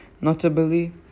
notably